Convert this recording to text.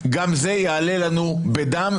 גם זה יעלה לנו בדם.